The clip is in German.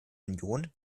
union